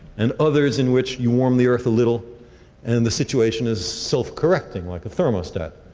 and others in which you warm the earth a little and the situation is self-correcting, like a thermostat,